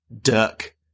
Dirk